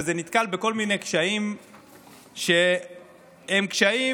וזה נתקל בכל מיני קשיים שהם קשיים